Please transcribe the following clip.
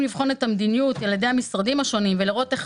לבחון את המדיניות על יד המשרדים השונים ולראות איך